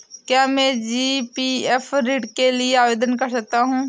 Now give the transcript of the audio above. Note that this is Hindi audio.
क्या मैं जी.पी.एफ ऋण के लिए आवेदन कर सकता हूँ?